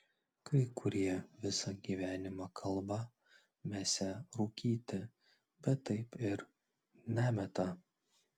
kai kurie visą gyvenimą kalba mesią rūkyti bet taip ir nemeta